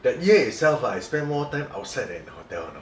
that year itself ah I spend more time outside than in the hotel you know